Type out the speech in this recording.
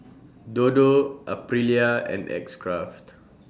Dodo Aprilia and X Craft